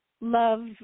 love